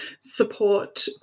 support